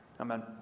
amen